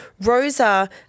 Rosa